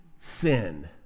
Sin